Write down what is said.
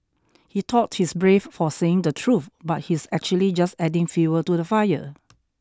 he thought he's brave for saying the truth but he's actually just adding fuel to the fire